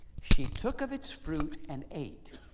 she took of its fruit and ate.